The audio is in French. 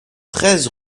treize